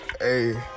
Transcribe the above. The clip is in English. hey